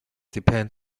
depend